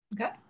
Okay